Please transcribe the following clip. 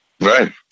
Right